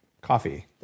coffee